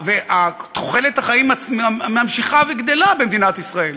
ותוחלת החיים ממשיכה וגדלה במדינת ישראל.